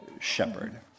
shepherd